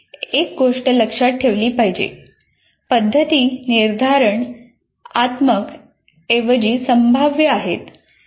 एक गोष्ट लक्षात ठेवली पाहिजे पद्धती निर्धारण आत्मक ऐवजी संभाव्य आहेत